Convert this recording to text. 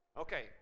Okay